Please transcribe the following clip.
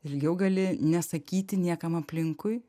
ilgiau gali nesakyti niekam aplinkui